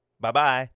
Bye-bye